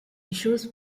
issues